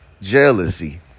Jealousy